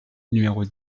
numéros